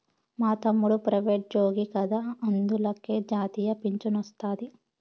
మా తమ్ముడు ప్రైవేటుజ్జోగి కదా అందులకే జాతీయ పింఛనొస్తాది